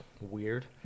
weird